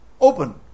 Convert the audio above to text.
open